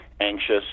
anxious